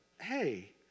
hey